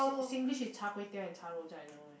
singlish is char-kway-teow and char rojak you don't know meh